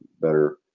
better